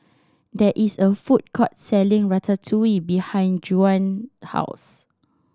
there is a food court selling Ratatouille behind Juan house